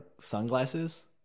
sunglasses